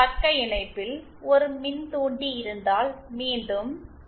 பக்க இணைப்பில் ஒரு மின்தூண்டி இருந்தால் மீண்டும் 0